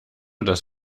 das